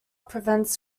prevents